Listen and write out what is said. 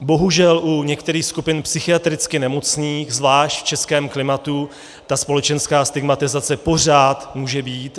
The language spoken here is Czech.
Bohužel u některých skupin psychiatricky nemocných, zvlášť v českém klimatu, ta společenská stigmatizace pořád může být.